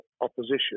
opposition